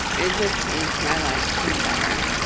it just changed my life for the better.